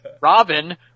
Robin